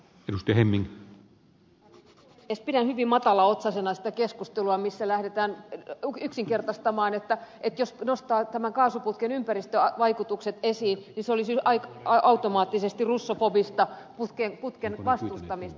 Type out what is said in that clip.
pidän hyvin matalaotsaisena sitä keskustelua missä lähdetään yksinkertaistamaan että jos nostaa tämän kaasuputken ympäristövaikutukset esiin niin se olisi automaattisesti russofobista putken vastustamista